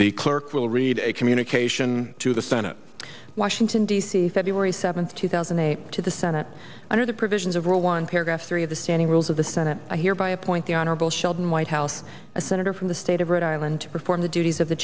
the clerk will read a communication to the senate washington d c february seventh two thousand and eight to the senate under the provisions of rule one paragraph three of the standing rules of the senate i hereby appoint the honorable sheldon whitehouse a senator from the state of rhode island to perform the duties of the